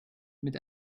mit